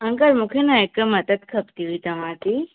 uncle मूंखे न हिक मदद खपंदी हुई तव्हांजी